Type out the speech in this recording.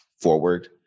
forward